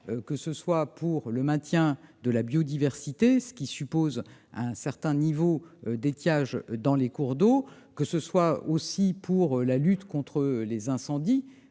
eau potable, pour le maintien de la biodiversité, ce qui suppose un certain niveau d'étiage dans les cours d'eau, pour la lutte contre les incendies,